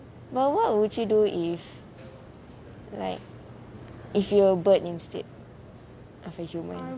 but what would you do if like if yo're bird instead of a human